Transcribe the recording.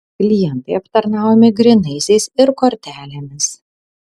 klientai aptarnaujami grynaisiais ir kortelėmis